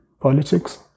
politics